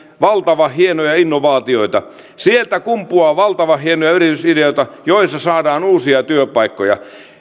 valtavan hienoja innovaatioita sieltä kumpuaa valtavan hienoja yritysideoita joista saadaan uusia työpaikkoja